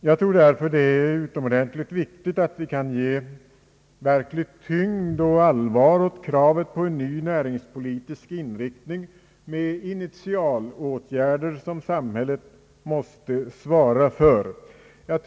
Det är där för utomordentligt viktigt att vi kan ge verklig tyngd och allvar åt kravet på en ny näringspolitisk inriktning med initialåtgärder som samhället måste svara för.